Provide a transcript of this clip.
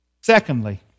Secondly